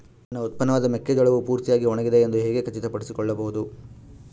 ನನ್ನ ಉತ್ಪನ್ನವಾದ ಮೆಕ್ಕೆಜೋಳವು ಪೂರ್ತಿಯಾಗಿ ಒಣಗಿದೆ ಎಂದು ಹೇಗೆ ಖಚಿತಪಡಿಸಿಕೊಳ್ಳಬಹುದು?